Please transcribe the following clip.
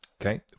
okay